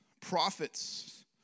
prophets